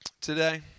today